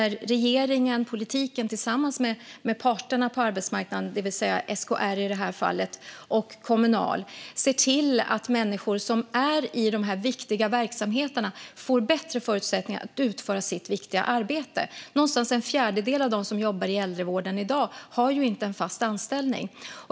Regeringen och politiken tillsammans med parterna på arbetsmarknaden, i det här fallet SKR, och Kommunal ser till att människor som finns i dessa viktiga verksamheter får bättre förutsättningar att utföra sitt viktiga arbete. Runt en fjärdedel av dem som jobbar i äldrevården i dag har inte en fast anställning.